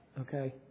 Okay